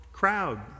Crowd